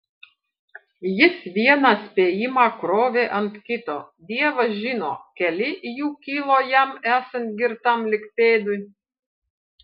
jis vieną spėjimą krovė ant kito dievas žino keli jų kilo jam esant girtam lyg pėdui